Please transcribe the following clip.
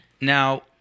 Now